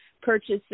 Purchases